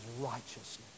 righteousness